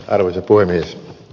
arvoisa puhemies